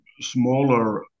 smaller